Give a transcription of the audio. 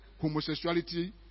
homosexuality